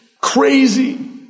crazy